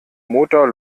motor